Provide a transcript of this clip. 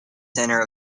center